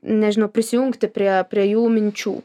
nežinau prisijungti prie prie jų minčių